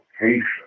location